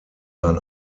sein